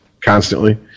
constantly